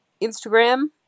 Instagram